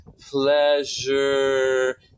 pleasure